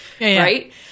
right